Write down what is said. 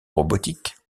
robotique